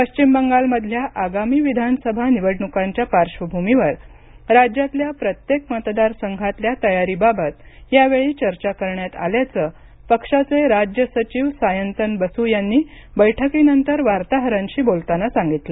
पश्चिम बंगालमधल्या आगामी विधानसभा निवडणुकांच्या पार्श्वभूमीवर राज्यातल्या प्रत्येक मतदार संघातल्या तयारीबाबत यावेळी चर्चा करण्यात आल्याचं पक्षाचे राज्य सचिव सायंतन बसू यांनी बैठकीनंतर वार्ताहरांशी बोलताना सांगितलं